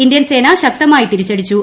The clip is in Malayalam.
ഇന്ത്യൻ സേന ശക്തമായി തിരിച്ചടിച്ചു